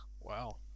wow